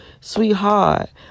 Sweetheart